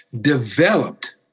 developed